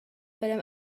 فلم